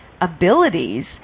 abilities